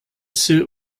suit